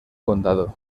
condado